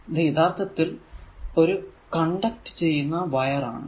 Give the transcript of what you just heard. ഇത് യഥാർത്ഥത്തിൽ ഒരു കണ്ടക്ട് ചെയ്യുന്ന വയർ ആണ്